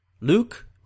Luke